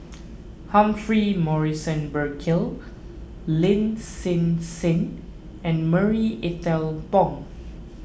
Humphrey Morrison Burkill Lin Hsin Hsin and Marie Ethel Bong